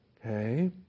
Okay